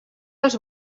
als